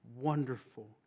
Wonderful